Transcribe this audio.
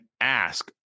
ask